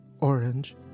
orange